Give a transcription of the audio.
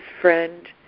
friend